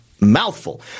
mouthful